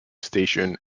station